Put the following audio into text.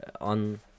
on